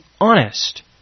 honest